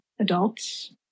adults